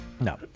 No